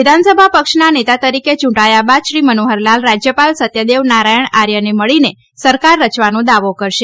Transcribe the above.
વિધાનસભા પક્ષના નેતા તરીકે ચૂંટાયા બાદ શ્રી મનોહરલાલ રાજ્યપાલ સત્યદેવ નારાયણ આર્થને મળીને સરકાર રચવાનો દાવો કરશે